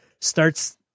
starts